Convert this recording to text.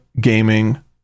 gaming